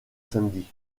samedi